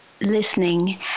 listening